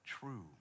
true